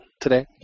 today